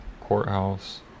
courthouse